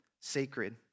sacred